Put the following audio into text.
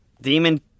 Demon